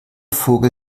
vogel